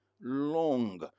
long